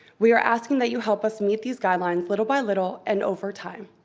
we are asking that you help us meet these guidelines, little by little, and over time.